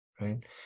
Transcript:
Right